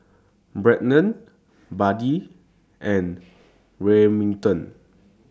Brennen Buddy and Remington